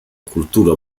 cultura